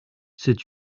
c’est